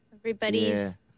Everybody's